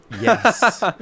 Yes